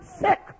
sick